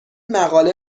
مقاله